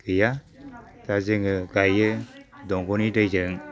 गैया दा जोङो गायो दंग'नि दैजों